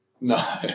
no